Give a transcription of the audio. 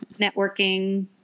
Networking